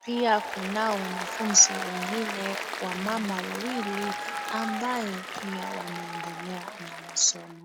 Pia kunao wanafunzi wengine wamama wawili ambaye wanaendelea na masomo.